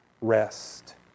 rest